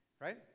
right